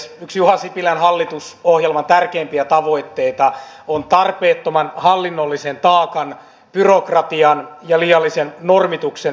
yksi juha sipilän hallitusohjelman tärkeimpiä tavoitteita on tarpeettoman hallinnollisen taakan byrokratian ja liiallisen normituksen vähentäminen